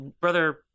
brother